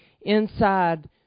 inside